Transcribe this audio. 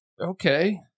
okay